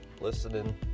listening